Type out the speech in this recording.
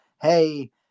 Hey